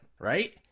right